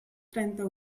trenta